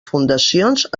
fundacions